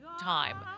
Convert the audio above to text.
time